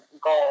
goal